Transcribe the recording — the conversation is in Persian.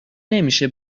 نمیشه